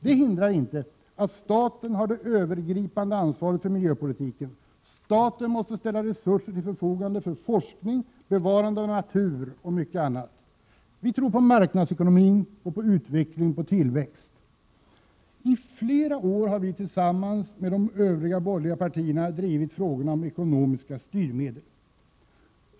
Detta hindrar inte att staten har det övergripande ansvaret för miljöpolitiken. Staten måste ställa resurser till förfogande för forskning, bevarande av natur och mycket annat. Vi tror på marknadsekonomin och på utveckling och tillväxt. I flera år har vi tillsammans med de övriga borgerliga partierna drivit frågorna om ekonomiska styrmedel.